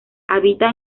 habita